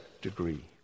degree